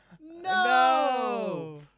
No